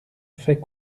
fait